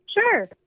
sure